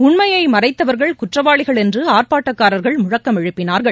உண்மையை மறைத்தவர்கள் குற்றவாளிகள் என்று ஆர்ப்பாட்டக்காரர்கள் முழக்கம் எழுப்பினார்கள்